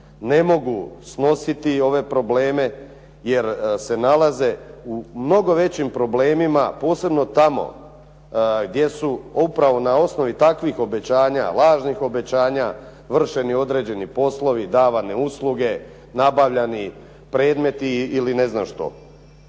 ne mogu snositi ove probleme jer se nalaze u mnogo većim problemima posebno tamo gdje su upravo na osnovi takvih obećanja, lažnih obećanja vršeni određeni poslovi, davane usluge, nabavljani predmeti ili ne znam što.